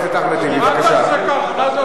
חבר הכנסת טיבי, רק,